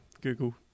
Google